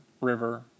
river